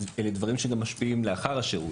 אלה דברים שגם משפיעים לאחר השירות,